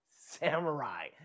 Samurai